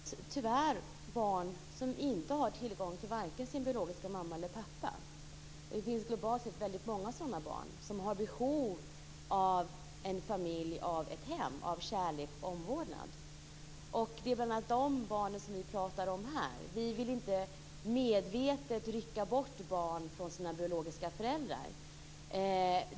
Fru talman! Det finns tyvärr barn som inte har tillgång till vare sig sin biologiska mamma eller pappa. Det finns globalt sett många sådana barn som har behov av en familj, av ett hem, av kärlek och omvårdnad. Det är bl.a. de barnen vi pratar om här. Vi vill inte medvetet rycka bort barn från sina biologiska föräldrar.